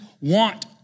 want